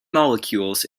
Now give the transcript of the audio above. molecules